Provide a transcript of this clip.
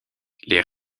les